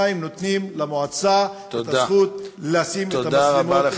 נותנים למועצה את הזכות לשים את המצלמות איפה שהם,